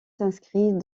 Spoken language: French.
s’inscrit